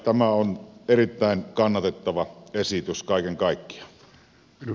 tämä on erittäin kannatettava esitys kaiken kaikkiaan